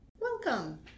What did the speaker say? welcome